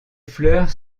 fleurs